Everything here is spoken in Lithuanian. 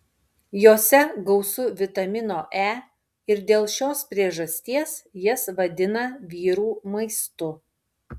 jose gausu vitamino e ir dėl šios priežasties jas vadina vyrų maistu